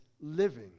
living